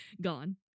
gone